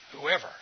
whoever